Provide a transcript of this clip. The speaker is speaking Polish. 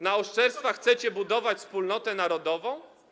Na oszczerstwach chcecie budować wspólnotę narodową?